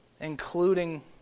including